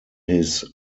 his